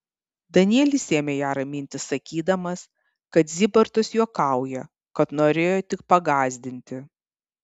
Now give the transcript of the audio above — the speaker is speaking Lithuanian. danielis ėmė ją raminti sakydamas kad zybartas juokauja kad norėjo tik pagąsdinti